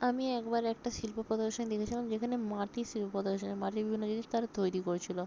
আমি একবার একটা শিল্প প্রদর্শনী দেখেছিলাম যেখানে মাটির শিল্প প্রদর্শনী মাটির বিভিন্ন জিনিস তারা তৈরি করছিল